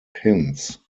pins